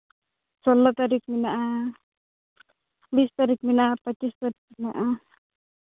ᱥᱳᱞᱞᱳ ᱛᱟᱹᱨᱤᱠᱷ ᱢᱮᱱᱟᱜᱼᱟ ᱵᱤᱥ ᱛᱟᱹᱨᱤᱠᱷ ᱢᱮᱱᱟᱜᱼᱟ ᱯᱚᱸᱪᱤᱥ ᱛᱟᱹᱨᱤᱠᱷ ᱢᱮᱱᱟᱜᱼᱟ